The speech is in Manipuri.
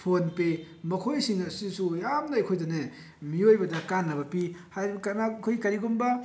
ꯐꯣꯟ ꯄꯦ ꯃꯈꯣꯏꯁꯤꯡ ꯑꯁꯤꯁꯨ ꯌꯥꯝꯅ ꯑꯩꯈꯣꯏꯗꯅꯦ ꯃꯤꯑꯣꯏꯕꯗ ꯀꯥꯟꯅꯕ ꯄꯤ ꯍꯥꯏꯔꯤꯕ ꯀꯅꯥ ꯑꯩꯈꯣꯏ ꯀꯔꯤꯒꯨꯝꯕ